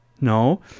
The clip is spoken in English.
No